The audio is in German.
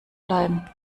bleiben